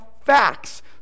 facts